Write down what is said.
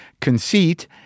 conceit